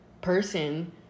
person